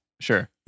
sure